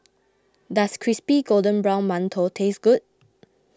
does Crispy Golden Brown Mantou taste good